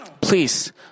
Please